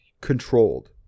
controlled